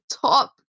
top